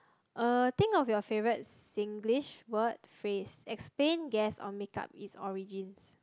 uh think of your favorite Singlish word phrase explain guess or make up its origins